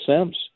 Sims